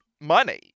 money